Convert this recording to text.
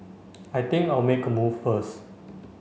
I think I'll make a move first